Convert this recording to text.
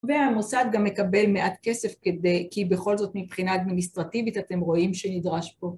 והמוסד גם מקבל מעט כסף כי בכל זאת מבחינה אדמיניסטרטיבית אתם רואים שנדרש פה